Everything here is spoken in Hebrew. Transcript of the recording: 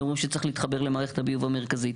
שאומרות שצריך להתחבר למערכת הביוב המרכזית.